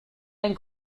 ein